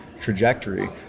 trajectory